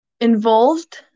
involved